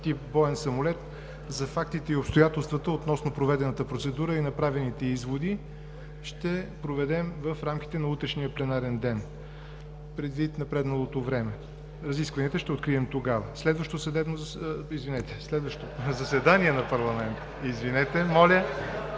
тип боен самолет за фактите и обстоятелствата относно проведената процедура и направените изводи ще проведем в рамките на утрешния пленарен ден предвид напредналото време. Разискванията ще открием тогава. Следващото заседание на парламента ще бъде